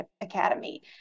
Academy